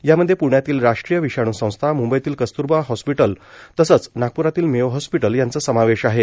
यामध्ये प्ण्यातील राष्ट्रीय विषाणू संस्था म्बईतील कस्त्रबा हॉस्पिटल तसंच नागप्रातील मेयो हॉस्पिटल यांचा समावेश आहे